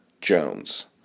Jones